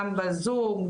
גם בזום,